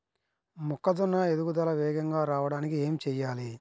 మొక్కజోన్న ఎదుగుదల వేగంగా రావడానికి ఏమి చెయ్యాలి?